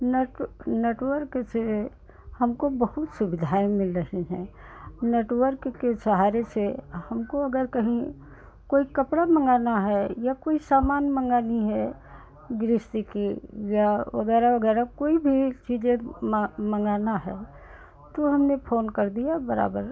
net network से हमको बहुत सुविधाएँ मिल रही हैं नेटवर्क के सहारे से हमको अगर कहीं कोई कपड़ा मँगाना है या कोई सामान मँगाना है गृहस्थी का या वग़ैरह वग़ैरह कोई भी चीज़ मँगानी है तो हमने फ़ोन कर दिया बराबर